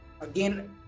again